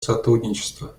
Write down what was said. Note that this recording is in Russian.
сотрудничества